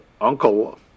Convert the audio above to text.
uncle